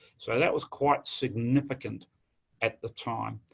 so that was quite significant at the time.